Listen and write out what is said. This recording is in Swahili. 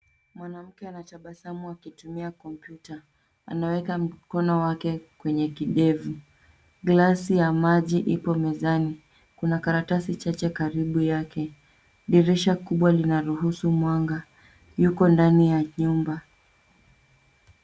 Mwanamke anatabasamu akitumia kompyuta. Anaweka mkono wake kwenye kidevu. Glasi ya maji ipo mezani. Kuna karatasi chache karibu yake. Dirisha kubwa linaruhusu mwanga. Yuko ndani ya nyumba.